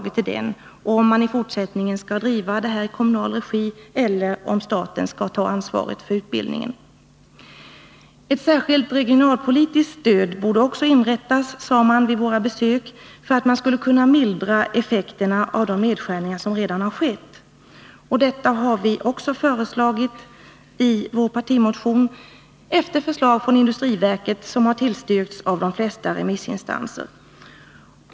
Det skall avgöras om skolan i fortsättningen skall drivas i kommunal regi eller om staten skall ta ansvaret för utbildningen. Vid våra besök framhölls också att det borde utgå ett särskilt regionalpolitiskt stöd. Därmed skulle man kunna mildra effekterna av de nedskärningar som redan har skett. Detta har vi också föreslagit i vår partimotion, vilket överensstämmer med ett förslag från industriverket som har tillstyrkts av de flesta remissinstanserna.